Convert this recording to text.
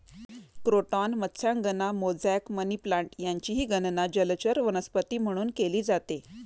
croton मत्स्यांगना, mosaic, money plant यांचीही गणना जलचर वनस्पती म्हणून केली जाते